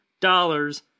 dollars